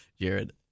Jared